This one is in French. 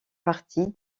partie